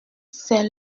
c’est